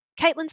Caitlin's